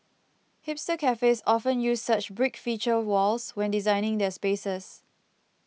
hipster cafes often use such brick feature walls when designing their spaces